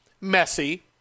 messy